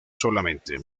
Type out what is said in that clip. solamente